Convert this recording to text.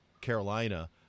Carolina